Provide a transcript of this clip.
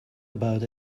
about